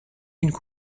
qu’une